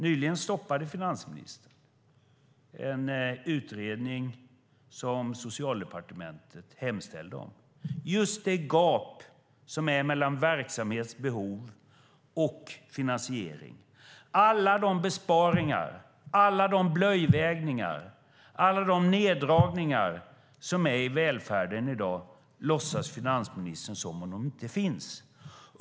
Nyligen stoppade finansministern en utredning som Socialdepartementet hemställde om gällande gapet mellan verksamhetsbehov och finansiering. Alla de besparingar, blöjvägningar och neddragningar som är i välfärden i dag låtsas finansministern inte om.